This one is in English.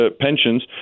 pensions